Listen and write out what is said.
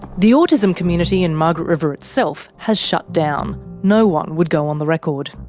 the autism community in margaret river itself has shut down no one would go on the record.